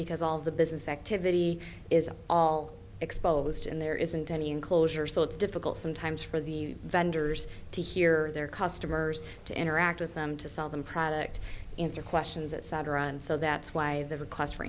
because all the business activity is all exposed and there isn't any enclosure so it's difficult sometimes for the vendors to hear their customers to interact with them to sell them product answer questions etc and so that's why the request for